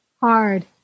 hard